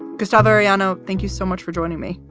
gustavo arellano, thank you so much for joining me.